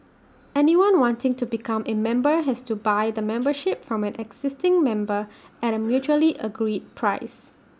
anyone wanting to become A member has to buy the membership from an existing member at A mutually agreed price